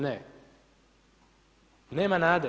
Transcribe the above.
Ne, nema nade.